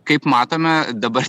kaip matome dabar